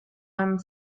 einem